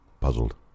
puzzled